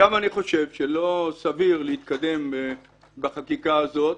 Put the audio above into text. עכשיו אני חושב שלא סביר להתקדם בחקיקה הזאת